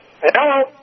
Hello